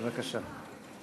בבקשה.